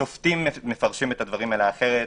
השופטים מפרשנים את הדברים האלה גם אחרת.